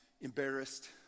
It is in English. embarrassed